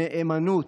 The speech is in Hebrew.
נאמנות,